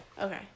Okay